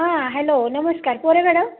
हां हॅलो नमस्कार पोरे मॅडम